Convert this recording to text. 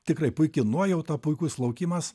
tikrai puiki nuojauta puikus laukimas